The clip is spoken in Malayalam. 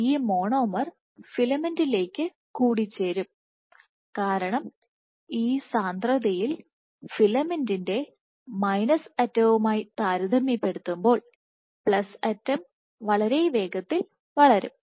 അതിനാൽ ഈ മോണോമർ ഫിലമെന്റിലേക്ക് കൂടിച്ചേരും കാരണം ഈ സാന്ദ്രതയിൽ ഫിലമെന്റ് മൈനസ് അറ്റവുമായി താരതമ്യപ്പെടുത്തുമ്പോൾ പ്ലസ് അറ്റം വളരെ വേഗത്തിൽ വളരും